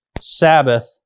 Sabbath